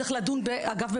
צריך לדון אגב,